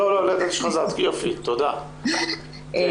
יופי, תודה, כן.